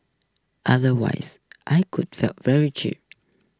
otherwise I could feel very cheated